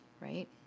Right